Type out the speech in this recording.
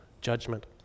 judgment